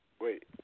wait